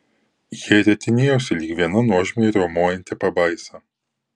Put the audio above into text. jie ritinėjosi lyg viena nuožmiai riaumojanti pabaisa